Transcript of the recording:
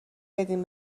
بدین